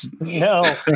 no